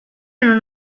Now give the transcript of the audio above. non